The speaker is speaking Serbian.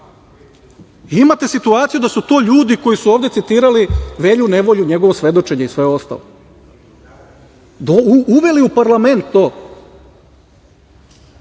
Imate situaciju da su to ljudi koji su ovde citirali Velju nevolju, njegovo svedočenje i sve ostalo, uveli u parlament to